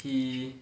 he